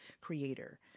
creator